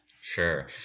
Sure